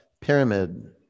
pyramid